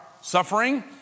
suffering